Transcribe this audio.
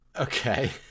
okay